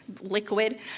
liquid